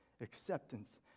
acceptance